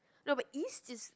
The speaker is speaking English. no but East is